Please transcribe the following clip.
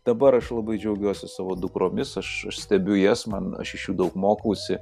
dabar aš labai džiaugiuosi savo dukromis aš aš stebiu jas man aš iš jų daug mokausi